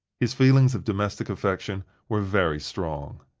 his feelings of domestic affection were very strong.